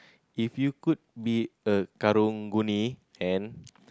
if you could be a karang-guni and